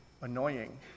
annoying